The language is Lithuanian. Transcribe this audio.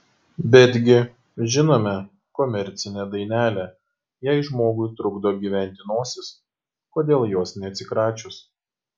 betgi žinome komercinę dainelę jei žmogui trukdo gyventi nosis kodėl jos neatsikračius